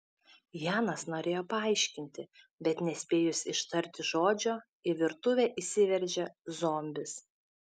janas norėjo paaiškinti bet nespėjus ištarti žodžio į virtuvę įsiveržė zombis